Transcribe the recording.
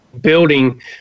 building